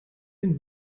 den